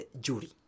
jury